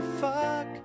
fuck